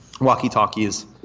walkie-talkies